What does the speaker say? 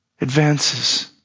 advances